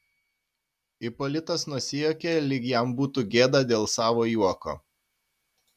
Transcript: ipolitas nusijuokė lyg jam būtų gėda dėl savo juoko